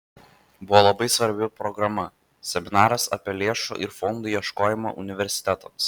buvo labai svarbi programa seminaras apie lėšų ir fondų ieškojimą universitetams